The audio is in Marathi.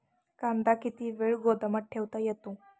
कांदा किती वेळ गोदामात ठेवता येतो?